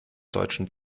deutschen